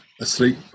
asleep